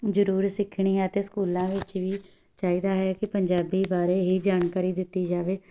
ਜ਼ਰੂਰ ਸਿੱਖਣੀ ਹੈ ਅਤੇ ਸਕੂਲਾਂ ਵਿੱਚ ਵੀ ਚਾਹੀਦਾ ਹੈ ਕਿ ਪੰਜਾਬੀ ਬਾਰੇ ਹੀ ਜਾਣਕਾਰੀ ਦਿੱਤੀ ਜਾਵੇ